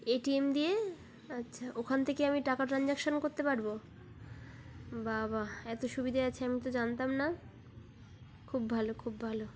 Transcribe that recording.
এ T M দিয়ে আচ্ছা ওখান থেকে আমি টাকা ট্রান্সাকশন করতে পারব বাহ বাহ এত সুবিধে আছে আমি তো জানতাম না খুব ভালো খুব ভালো